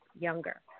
younger